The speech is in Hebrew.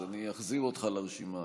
אז אני אחזיר אותך לרשימה.